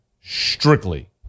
strictly